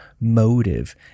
motive